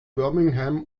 birmingham